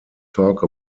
talk